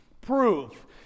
proof